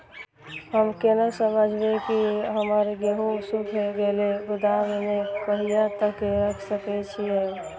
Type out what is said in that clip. हम केना समझबे की हमर गेहूं सुख गले गोदाम में कहिया तक रख सके छिये?